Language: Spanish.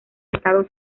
estados